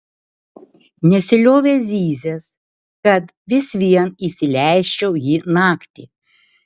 nesiliovė zyzęs kad vis vien įsileisčiau jį naktį